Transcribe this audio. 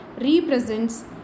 represents